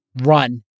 run